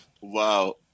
Wow